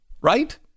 right